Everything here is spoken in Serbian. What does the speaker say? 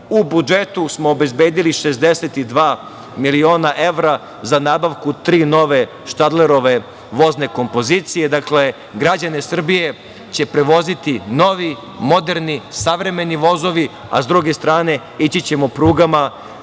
U budžetu smo obezbedili 62 miliona evra za nabavku tri nove „Štadlerove“ vozne kompozicije. Dakle, građane Srbije će prevoziti novi, moderni, savremeni vozovi, a sa druge strane, ići ćemo prugama